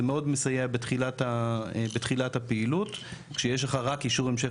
זה מאוד מסייע בתחילת הפעילות כשיש לך רק אישור המשך